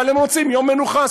אבל הם רוצים יום מנוחה,